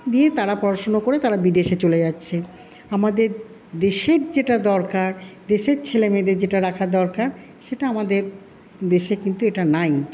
দিয়ে তারা পড়াশুনা করে তারা বিদেশে চলে যাচ্ছে আমাদের দেশের যেটা দরকার দেশের ছেলেমেয়েদের যেটা রাখা দরকার সেটা আমাদের দেশে কিন্তু এটা নাই